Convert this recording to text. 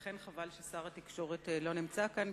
אכן חבל ששר התקשורת לא נמצא כאן,